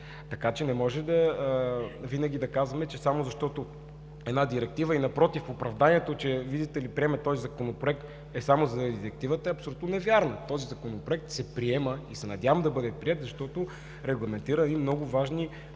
с тях. Не може винаги да казваме, че е само защото има Директива. Оправданието, видите ли, че приемаме този Законопроект само заради Директивата, е абсолютно невярно. Този Законопроект се приема и се надявам да бъде приет, защото регламентира много важни